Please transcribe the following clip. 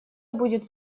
будет